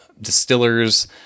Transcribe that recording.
Distillers